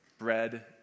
Bread